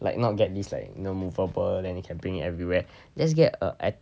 like not get this like know movable then you can bring everywhere let's get a